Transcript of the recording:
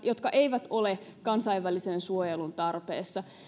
jotka eivät ole kansainvälisen suojelun tarpeessa